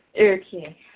Okay